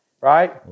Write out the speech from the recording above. right